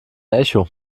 echo